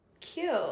Cute